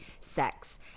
sex